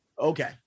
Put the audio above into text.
Okay